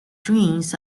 drains